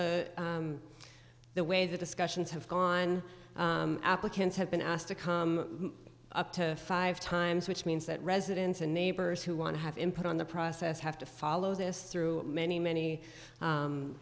the way the discussions have gone on applicants have been asked to come up to five times which means that residents and neighbors who want to have input on the process have to follow this through many many